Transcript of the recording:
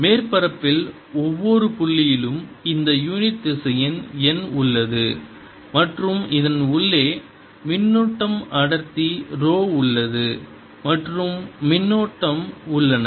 மேற்பரப்பில் ஒவ்வொரு புள்ளியிலும் இந்த யூனிட் திசையன் n உள்ளது மற்றும் இதன் உள்ளே மின்னூட்டம் அடர்த்தி ரோ உள்ளது மற்றும் மின்னோட்டம் உள்ளன